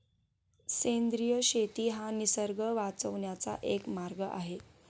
सेंद्रिय शेती हा निसर्ग वाचवण्याचा एक मार्ग आहे